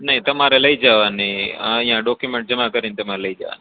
નહીં તમારે લઈ જવાની અહીંયાં ડોક્યુમેન્ટ્સ જમાં કરીને તમારે લઈ જવાના